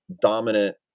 dominant